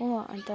हो अन्त